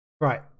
right